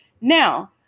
now